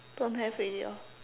don't have already orh